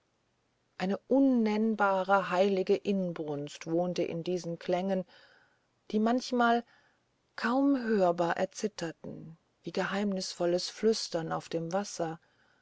eine unnennbare heilige inbrunst wohnte in diesen klängen die manchmal kaum hörbar erzitterten wie geheimnisvolles flüstern auf dem wasser